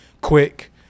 Quick